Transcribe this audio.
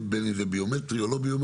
בין אם זה ביומטרי או לא ביומטרי?